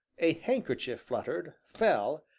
a handkerchief fluttered, fell,